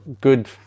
good